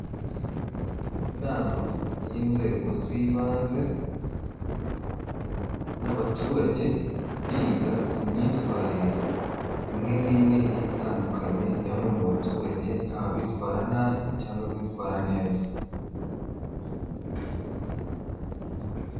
Inama y'inzego z ibanze n'abaturage biga ku myitwarire imwe n'imwe igiye itandukanye ya bamwe mu baturage haba abitwara nabi cyangwa abitwara neza.